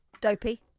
Dopey